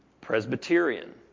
Presbyterian